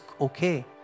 okay